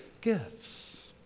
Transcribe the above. gifts